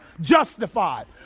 justified